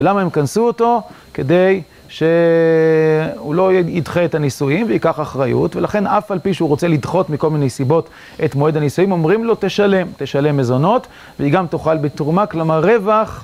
למה הם קנסו אותו? כדי שהוא לא ידחה את הנשואים וייקח אחריות, ולכן אף על פי שהוא רוצה לדחות מכל מיני סיבות את מועד הנישואים, אומרים לו תשלם, תשלם מזונות, והיא גם תאכל בתרומה כלומר רווח.